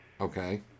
Okay